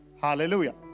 Hallelujah